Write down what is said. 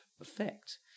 effect